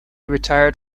retired